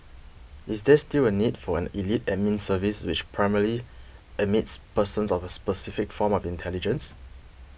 is there still a need for an elite Admin Service which primarily admits persons of a specific form of intelligence